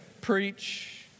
Preach